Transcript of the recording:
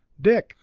dick,